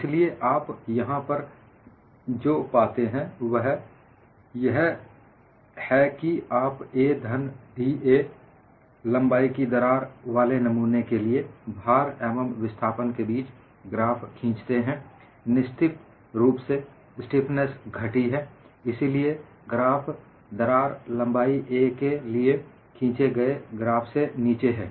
इसीलिए आप यहां पर जो पाते हैं वह यह है कि आप a धन da लंबाई की दरार वाले नमूने के लिए भार एवं विस्थापन के बीच ग्राफ खींचते हैं निश्चित रूप से स्टीफनेस घटी है इसीलिए ग्राफ दरार लंबाई a के लिए खींचे गए ग्राफ से नीचे है